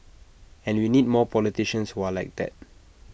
and we need more politicians who are like that